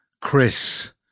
Chris